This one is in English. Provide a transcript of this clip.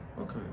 okay